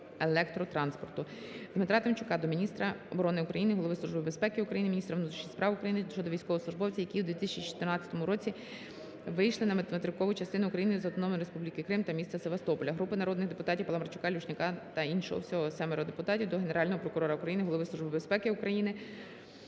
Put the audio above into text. Дмитра Тимчука до міністра оборони України, Голови Служби безпеки України, міністра внутрішніх справ України щодо військовослужбовців, які у 2014 року вийшли на материкову частину України з Автономної Республіки Крим та міста Севастополя. Групи народних депутатів (Паламарчука, Люшняка та інших. Всього 7 депутатів) до Генерального прокурора України, Голови Служби безпеки України